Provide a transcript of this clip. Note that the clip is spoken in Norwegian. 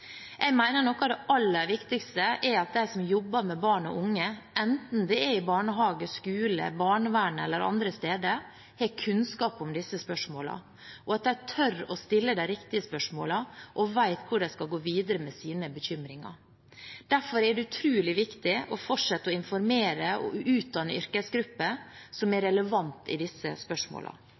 Jeg mener noe av det aller viktigste er at de som jobber med barn og unge, enten det er i barnehage, skole, barnevern eller andre steder, har kunnskap om disse spørsmålene, at de tør å stille de riktige spørsmålene og vet hvor de skal gå videre med sine bekymringer. Derfor er det utrolig viktig å fortsette å informere og utdanne relevante yrkesgrupper i disse spørsmålene. Ikke minst er